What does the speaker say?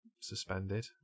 suspended